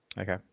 okay